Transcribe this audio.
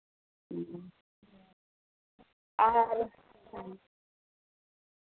ᱟᱨ